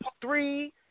three